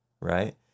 right